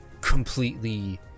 completely